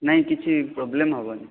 ନାହିଁ କିଛି ପ୍ରୋବ୍ଲେମ ହେବନି